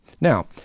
Now